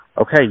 okay